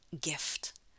gift